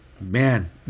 man